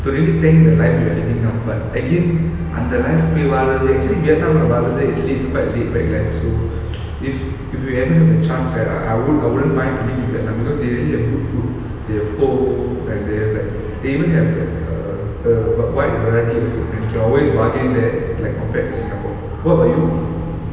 to really thank the life we are living now but again அந்த:antha life போய் வாழுறது:poi vazhurathu actually vietnam ல வாழுறது:la vazhurathu actually is quite laidback life so if if we ever have a chance right I would I wouldn't mind living in vietnam because they really have good food they have pho and they have like they even have like err the the wide variety of food and you can always bargain there like compared to singapore what about you